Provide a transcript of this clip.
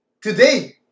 today